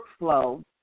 workflow